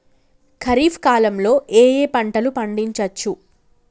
ఖరీఫ్ కాలంలో ఏ ఏ పంటలు పండించచ్చు?